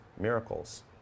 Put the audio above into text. miracles